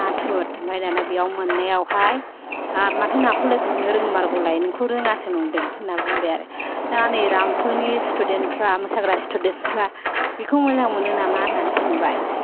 नाथुर ओमफ्राय दाना बेयाव मोननायाव हाय हाब माथो नाखौलाय गुरनो रोंमारगौलाय नोंखौ रोङासो नांदों होनना बुंबाय आरो दाना नै रामफलनि स्टुदेन्टफ्रा मोसाग्रा स्टुदेन्टफ्रा बिखौ मोजां मोनो नामा होनना सोंबाय